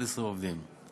11 עובדים.